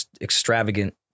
extravagant